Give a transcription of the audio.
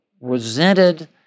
resented